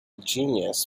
genius